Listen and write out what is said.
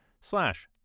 slash